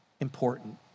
important